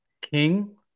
King